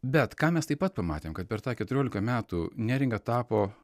bet ką mes taip pat pamatėm kad per tą keturiolika metų neringa tapo